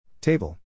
Table